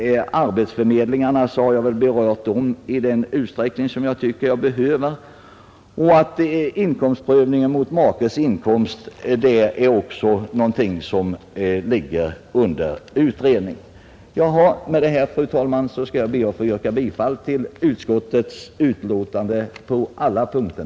Arbetsförmedlingarna anser jag också att jag berört i tillräcklig utsträckning. Inkomstprövningsreglerna i fråga om makes inkomst är också föremål för utredning. Med detta, fru talman, ber jag att få yrka bifall till utskottets hemställan på samtliga punkter.